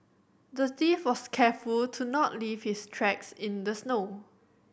the thief was careful to not leave his tracks in the snow